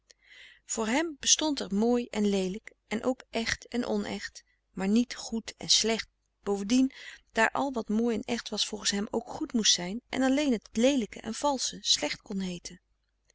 voor hem bestond er mooi en leelijk en ook echt en onecht maar niet goed en slecht bovendien daar al wat mooi en echt was volgens hem ook goed moest zijn en alleen het leelijke en valsche slecht kon heeten